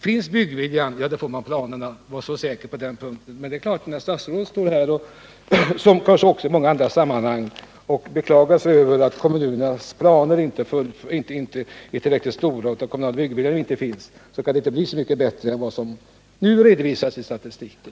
Finns byggviljan, ja, då får man planerna — var så säker på det! Men när statsrådet står här — och kanske också i många andra sammanhang — och beklagar sig över att kommunernas planer inte är tillräckligt omfattande och att den kommunala byggviljan inte finns kan det inte bli så mycket bättre än vad som nu redovisas i statistiken.